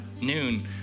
noon